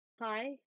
Hi